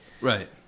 Right